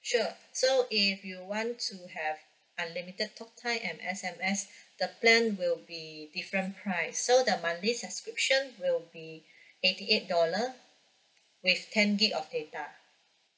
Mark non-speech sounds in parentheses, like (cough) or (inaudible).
sure so if you want to have unlimited talk time and S_M_S the plan will be different price so the monthly subscription will be (breath) eighty eight dollar with ten gig of data